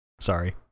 Sorry